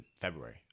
February